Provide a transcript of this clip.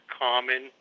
common